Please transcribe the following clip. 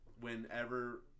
Whenever